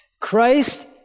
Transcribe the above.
Christ